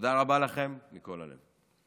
תודה רבה לכם מכל הלב.